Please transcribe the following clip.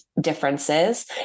differences